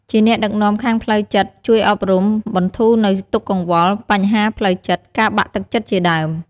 លើសពីនេះ វត្តអារាមគឺជាមជ្ឈមណ្ឌលនៃសេចក្តីស្ងប់ស្ងាត់ និងសន្តិភាព។